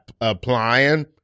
applying